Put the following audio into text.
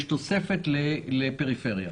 יש תוספת לפריפריה,